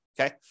okay